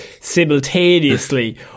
simultaneously